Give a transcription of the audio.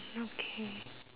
okay